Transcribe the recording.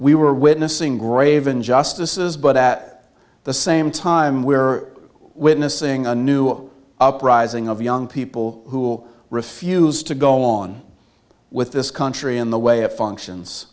we were witnessing grave injustices but at the same time we were witnessing a new uprising of young people who will refuse to go on with this country in the way it functions